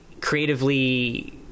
creatively